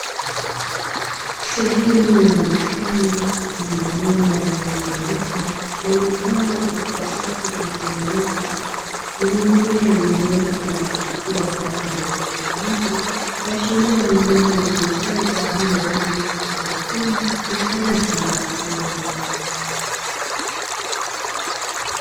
Sehemu ya bustani yenye mabomba yenye rangi nyeupe, yaliyopangwa Katika safu zilizonyooka zenye mimea iliyoota na kuchepua kwa rangi ya kijani kibichi kuashiria ni eneo linalotumika kwa ajili ya kilimo cha hidroponiki ya sayansi bila kutumia udongo.